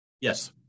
Yes